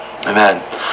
amen